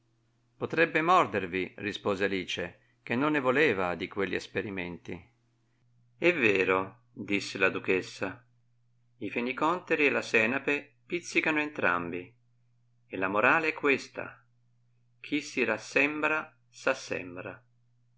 potrebbe mordervi rispose alice che non ne voleva di quelli esperimenti è vero disse la duchessa i fenicònteri e la senape pizzicano entrambi e la morale è questa chi si rassembra s'assembra